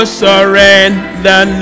surrender